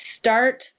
start